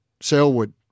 Selwood